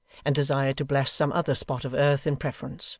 and desired to bless some other spot of earth, in preference.